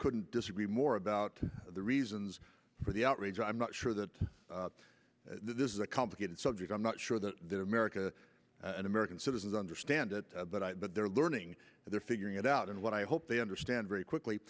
couldn't disagree more about the reasons for the outrage i'm not sure that this is a complicated subject i'm not sure the america and american citizens understand it but they're learning and they're figuring it out and what i hope they understand very quickly